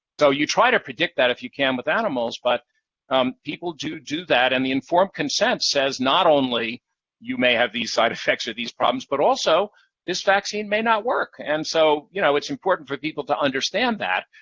so you try to predict that if you can with animals, but um people do do that, and the informed consent says not only you may have these side effects or these problems, but also this vaccine may not work. and so you know it's important for people to understand that,